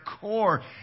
core